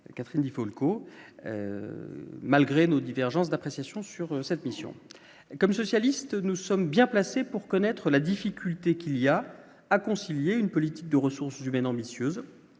Catherine Di Folco malgré nos divergences d'appréciation sur cette mission comme socialistes, nous sommes bien placés pour connaître la difficulté qu'il y a à concilier une politique de ressources humaines ambitieuse